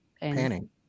panning